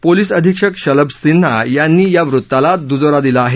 police अधिक्षक शलभ सिन्हा यांनी या वृत्ताला दुजोरा दिला आहे